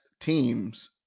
teams